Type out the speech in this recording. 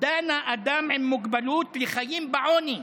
דנה אדם עם מוגבלות לחיים בעוני.